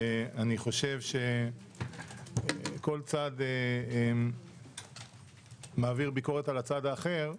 אני חושב שכל צד מעביר ביקורת על הצד האחר,